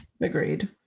Agreed